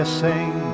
sing